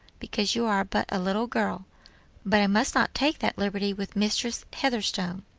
because you are but a little girl but i must not take that liberty with mistress heatherstone.